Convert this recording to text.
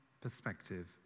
perspective